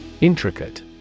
Intricate